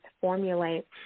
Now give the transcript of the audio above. formulate